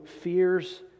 fears